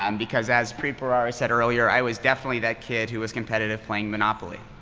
um because as preet bharara said earlier, i was definitely that kid who was competitive playing monopoly.